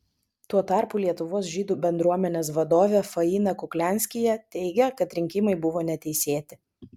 tuo tarpu lietuvos žydų bendruomenės vadovė faina kuklianskyje teigia kad rinkimai buvo neteisėti